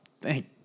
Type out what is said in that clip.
thank